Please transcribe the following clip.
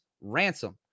ransom